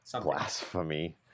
Blasphemy